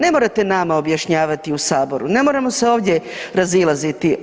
Ne morate nama objašnjavati u Saboru, ne moramo se ovdje razilazite.